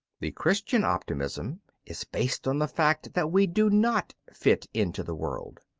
the christian optimism is based on the fact that we do not fit in to the world.